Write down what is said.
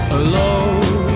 alone